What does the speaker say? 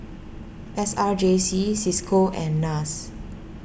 S R J C Cisco and Nas